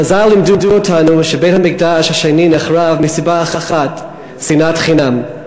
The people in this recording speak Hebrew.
חז"ל לימדו אותנו שבית-המקדש השני נחרב מסיבה אחת: שנאת חינם.